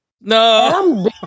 No